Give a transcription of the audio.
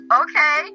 okay